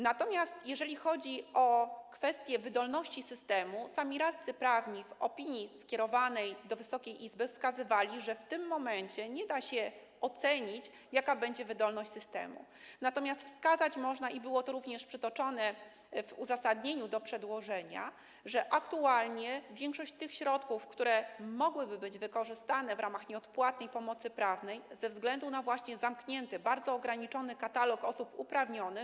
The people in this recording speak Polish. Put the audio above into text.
Natomiast jeżeli chodzi o kwestie wydolności systemu, to sami radcy prawni w opinii skierowanej do Wysokiej Izby wskazywali, że w tym momencie nie da się ocenić, jaka będzie wydolność systemu, ale można wskazać - i było to również przytoczone w uzasadnieniu przełożenia - że aktualnie większość tych środków, które mogłyby być wykorzystane w ramach nieodpłatnej pomocy prawnej, nie jest wykorzystywana ze względu na właśnie zamknięty, bardzo ograniczony katalog osób uprawnionych.